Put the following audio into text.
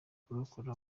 kurokora